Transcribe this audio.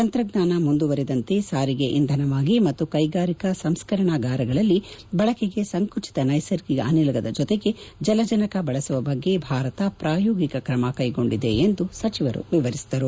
ತಂತ್ರಜ್ಞಾನ ಮುಂದುವರಿದಂತೆ ಸಾರಿಗೆ ಇಂಧನವಾಗಿ ಮತ್ತು ಕೈಗಾರಿಕಾ ಸಂಸ್ನ ರಣಾಗಾರಗಳಲ್ಲಿ ಬಳಕೆಗೆ ಸಂಕುಚಿತ ನೈಸರ್ಗಿಕ ಅನಿಲದ ಜೊತೆಗೆ ಜಲಜನಕ ಬಳಸುವ ಬಗ್ಗೆ ಭಾರತೆ ಪ್ರಾಯೋಗಿಕ ಕ್ರಮಕ್ಶೆಗೊಂಡಿದೆ ಎಂದು ಸಚಿವರು ವಿವರಿಸಿದರು